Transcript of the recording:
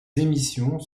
émissions